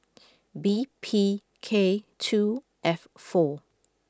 B P K two F four